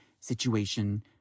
situation